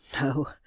no